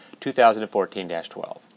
2014-12